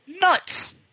nuts